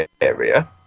area